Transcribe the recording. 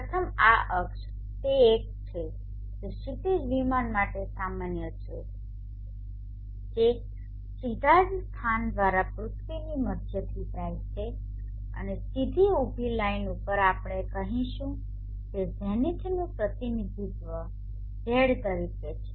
પ્રથમ આ અક્ષો તે એક છે જે ક્ષિતિજ વિમાન માટે સામાન્ય છે જે સીધા જ સ્થાન દ્વારા પૃથ્વીની મધ્યથી જાય છે અને સીધી ઉભી લાઇન ઉપર આપણે કહીશું કે ઝેનિથનું પ્રતિનિધિત્વ ઝેડ તરીકે છે